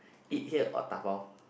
eat here or dabao